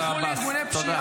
לא רק.